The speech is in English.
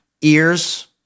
Ears